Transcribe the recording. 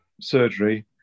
surgery